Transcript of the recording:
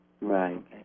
Right